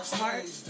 heart